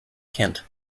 kent